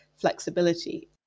flexibility